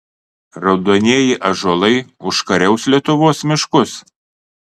raudonieji ąžuolai užkariaus lietuvos miškus